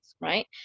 right